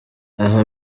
aha